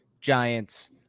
Giants